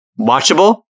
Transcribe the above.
Watchable